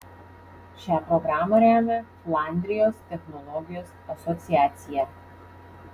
šią programą remia flandrijos technologijos asociacija